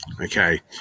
okay